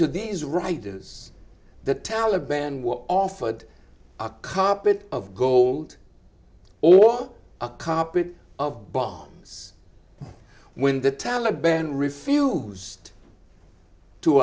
to these writers the taliban were offered a carpet of gold or a copy of bombs when the taliban refused to